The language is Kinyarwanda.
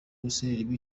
hussein